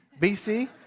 BC